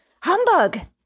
Humbug